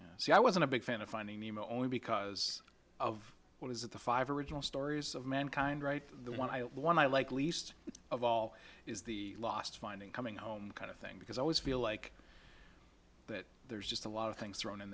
so i wasn't a big fan of finding nemo only because of what is the five original stories of mankind right the one i am the one i like least of all is the lost finding coming home kind of thing because i always feel like that there's just a lot of things thrown in